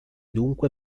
dunque